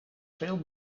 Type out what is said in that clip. veel